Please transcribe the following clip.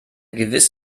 gewiss